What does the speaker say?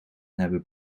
hebben